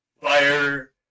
Fire